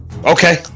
Okay